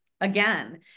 again